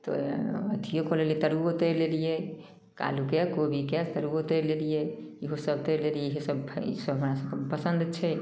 तऽ अथिए कऽ लेलिए तरुओ तरि लेलिए आलूके कोबीके तरुओ तरि लेलिए ईहो सब तरि देलिए ईहो सब ईसब हमरा सभके पसन्द छै